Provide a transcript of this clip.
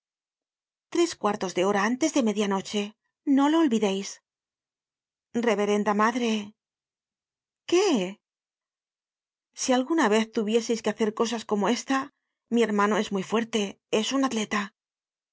tres cuartos de hora antes de media noche no lo olvideis reverenda madre qué si alguna vez tuviéseis que hacer cosas como esta mi hermano es muy fuerte es un atleta